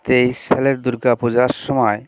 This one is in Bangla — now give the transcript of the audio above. তেইশ সালের দুর্গাপূজার সময়